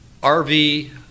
RV